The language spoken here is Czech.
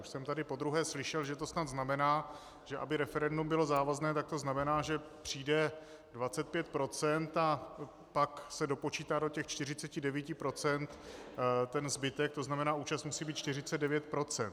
Už jsem tady podruhé slyšel, že to snad znamená, že aby referendum bylo závazné, tak to znamená, že přijde 25 % a pak se dopočítá do těch 49 % ten zbytek, to znamená účast musí být 49 %.